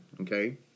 okay